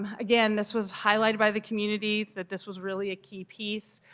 um again, this was highlighted by the communities that this was really a key piece.